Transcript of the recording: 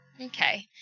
Okay